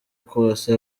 kose